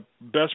best